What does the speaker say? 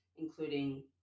Including